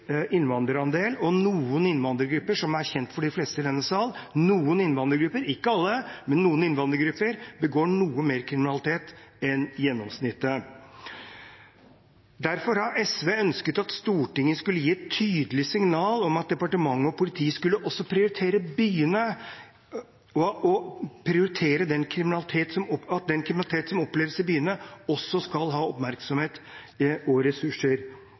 innvandrerandel, og – som er kjent for de fleste i denne salen – noen innvandrergrupper, ikke alle, begår noe mer kriminalitet enn gjennomsnittet. Derfor har SV ønsket at Stortinget skulle gi et tydelig signal om at departementet og politiet også skulle prioritere byene, og at den kriminaliteten som oppleves i byene, også skulle ha oppmerksomhet og ressurser.